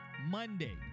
Monday